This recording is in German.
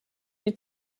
die